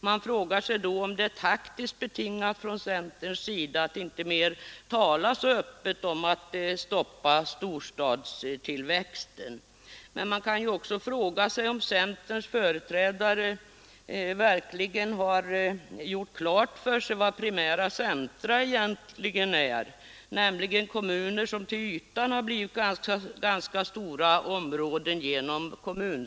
Kanske är det taktiskt betingat när centern inte mera talar så öppet om att stoppa storstadstillväxten. Men frågan är också om centerns företrädare verkligen har gjort klart för sig vad primära centra är, nämligen kommuner som genom kommunsammanläggningarna har blivit ganska stora till ytan.